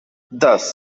thus